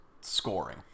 scoring